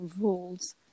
rules